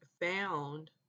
found